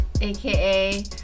AKA